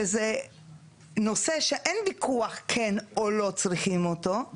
שזה נושא שאין ויכוח כן או לא צריכים אותו,